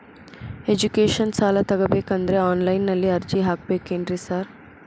Education ಸಾಲ ತಗಬೇಕಂದ್ರೆ online ನಲ್ಲಿ ಅರ್ಜಿ ಹಾಕ್ಬೇಕೇನ್ರಿ ಸಾರ್?